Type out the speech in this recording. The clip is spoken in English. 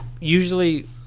Usually